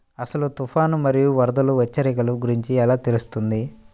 అసలు తుఫాను మరియు వరదల హెచ్చరికల గురించి ఎలా తెలుస్తుంది?